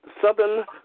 Southern